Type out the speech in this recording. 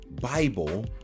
Bible